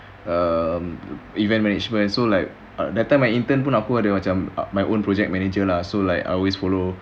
um event management and so like that time I intern pun aku ada my own project manager lah so like I always follow